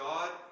God